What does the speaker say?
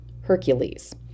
Hercules